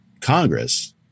Congress